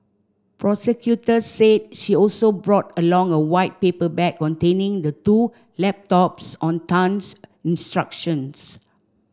prosecutors said she also brought along a white paper bag containing the two laptops on Tan's instructions